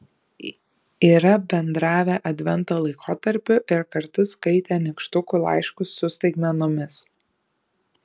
yra bendravę advento laikotarpiu ir kartu skaitę nykštukų laiškus su staigmenomis